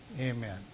Amen